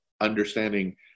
understanding